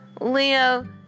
Leo